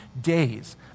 days